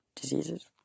diseases